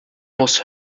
muss